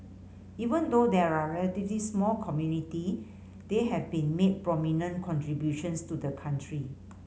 even though they are a relatively small community they have been made prominent contributions to the country